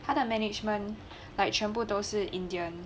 他的 management like 全部都是 indian